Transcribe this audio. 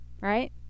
right